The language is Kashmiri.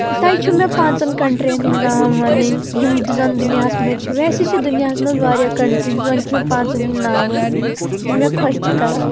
تۄہہِ چھُو مےٚ پانٛژن کنٹرٛین ہنٛدۍ ناو وَنٕنۍ یِم تہِ زن دُنیاہس منٛزچھِ ویسے چھِ دُنیاہس منٛز واریاہ کنٹرٛیز وۄنۍ چھِ مےٚ پانٛژن ہنٛدۍ ناو وَنٕنۍ یِم مےٚ خۄش چھِ کَران